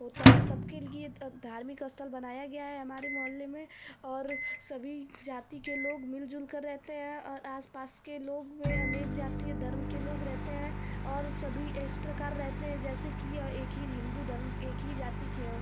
होता है सबके लिए धार्मिक स्थल बनाया गया है हमारे मोहल्ले में और सभी जाति के लोग मिल जुल कर रहते हैं और आस पास के लोग में अनेक जाति और धर्म के लोग रहते हैं और सभी इस प्रकार रहते हैं जैसे कि एक ही हिन्दू धर्म एक ही जाति के हों